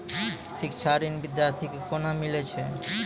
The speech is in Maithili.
शिक्षा ऋण बिद्यार्थी के कोना मिलै छै?